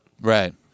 Right